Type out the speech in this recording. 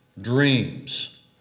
dreams